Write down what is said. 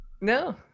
No